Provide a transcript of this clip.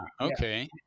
okay